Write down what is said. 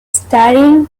starring